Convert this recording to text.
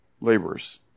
Laborers